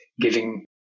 giving